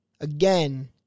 Again